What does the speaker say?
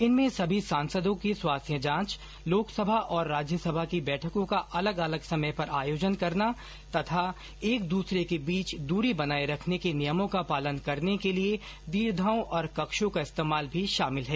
इनमें सभी सांसदों की स्वास्थ्य जांच लोकसभा और राज्यसभा की बैठकों का अलग अलग समय पर आयोजन करना तथा एक दूसरे के बीच दूरी बनाए रखने के नियमों का पालन करने के लिए दीर्घाओं और कक्षों का इस्तेमाल भी शामिल है